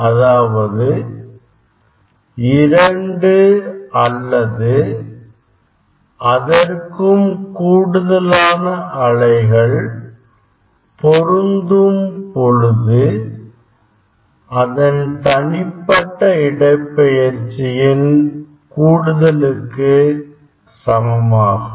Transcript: அதாவது இரண்டு அல்லது அதற்கும் கூடுதலான அலைகள் பொருந்தும் பொழுது அதன் தனிப்பட்ட இடப்பெயர்ச்சி யின் கூடு தலுக்கு சமமாகும்